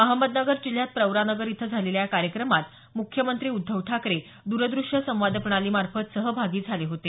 अहमदनगर जिल्ह्यात प्रवरानगर इथं झालेल्या या कार्यक्रमात मुख्यमंत्री उद्धव ठाकरे दरदृश्य संवाद प्रणालीमार्फत सहभागी झाले होते